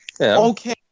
Okay